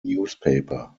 newspaper